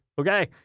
Okay